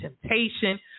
temptation